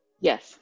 Yes